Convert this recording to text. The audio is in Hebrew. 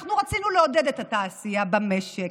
שאנחנו רצינו לעודד את התעשייה במשק,